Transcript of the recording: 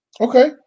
Okay